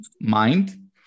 mind